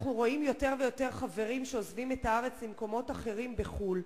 אנחנו רואים יותר ויותר חברים שעוזבים את הארץ למקומות אחרים בחוץ-לארץ.